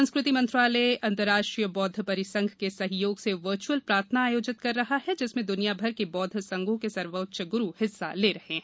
संस्कृति मंत्रालय अंतरराष्ट्रीय बौद्व परिसंघ के सहयोग से वर्चुअल प्रार्थना आयोजित कर रहा है जिसमें दुनिया भर के बौद्ध संघों के सर्वोच्च गुरु हिस्सा ले रहे हैं